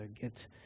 get